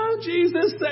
Jesus